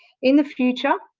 in the future,